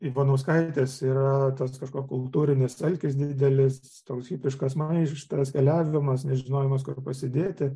ivanauskaitės yra tas kažkoks kultūrinis alkis didelis toks hipiškas maištas keliavimas nežinojimas kur pasidėti